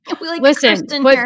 Listen